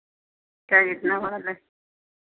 चाहे जितना बड़ा लें